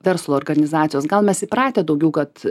verslo organizacijos gal mes įpratę daugiau kad